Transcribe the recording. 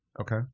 Okay